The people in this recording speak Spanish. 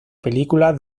película